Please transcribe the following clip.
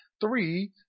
three